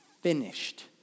finished